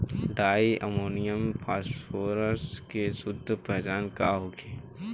डाई ammonium phosphate के शुद्ध पहचान का होखे?